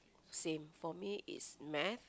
same for me is math